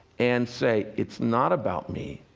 and say, it's not about me.